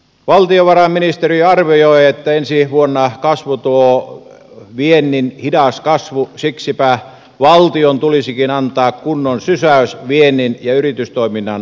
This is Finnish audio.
valtiovarainministeriö arvioi että ensi vuonna tulee viennin hidas kasvu siksipä valtion tulisikin antaa kunnon sysäys viennin ja yritystoiminnan vauhdittamiseksi